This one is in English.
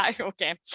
Okay